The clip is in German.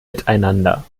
miteinander